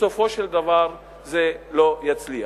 בסופו של דבר זה לא יצליח.